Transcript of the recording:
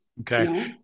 Okay